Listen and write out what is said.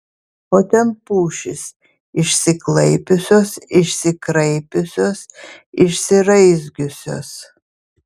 o ten pušys išsiklaipiusios išsikraipiusios išsiraizgiusios